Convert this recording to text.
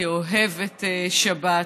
כאוהבת שבת.